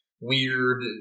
weird